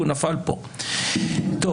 אנחנו